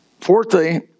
Fourthly